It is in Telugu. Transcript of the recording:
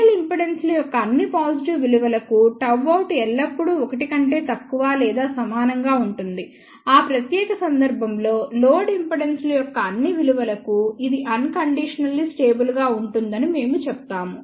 రియల్ ఇంపిడెన్స్ల యొక్క అన్ని పాజిటివ్ విలువలకు Γout ఎల్లప్పుడూ 1 కంటే తక్కువ లేదా సమానంగా ఉంటుంది ఆ ప్రత్యేక సందర్భంలో లోడ్ ఇంపిడెన్స్ల యొక్క అన్ని విలువలకు ఇది అన్ కండీషనల్లీ స్టేబుల్ గా ఉంటుందని మేము చెప్తాము